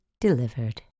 delivered